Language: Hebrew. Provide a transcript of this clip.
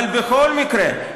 אבל בכל מקרה,